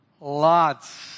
lots